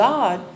God